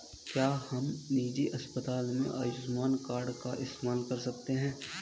क्या हम निजी अस्पताल में आयुष्मान कार्ड का इस्तेमाल कर सकते हैं?